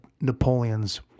Napoleon's